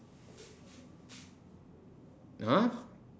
!huh!